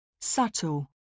Subtle